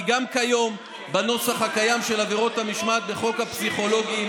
כי גם כיום בנוסח הקיים של עבירות המשמעת בחוק הפסיכולוגים